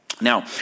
Now